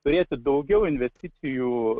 turėti daugiau investicijų